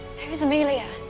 who's amelia?